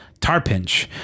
Tarpinch